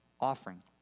offering